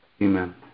Amen